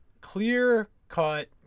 clear-cut